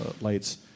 lights